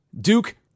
Duke